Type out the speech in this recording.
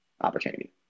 opportunity